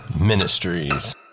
Ministries